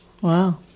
Wow